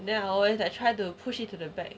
then I always try to push it to the back